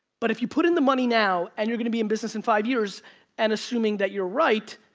but if you put in the money now, and you're gonna be in business in five years and assuming that you're right,